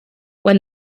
when